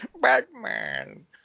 Batman